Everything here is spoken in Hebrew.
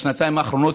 בשנתיים האחרונות,